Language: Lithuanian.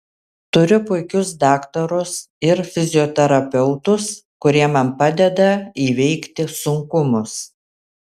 turiu puikius daktarus ir fizioterapeutus kurie man padeda įveikti sunkumus